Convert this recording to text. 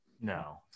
No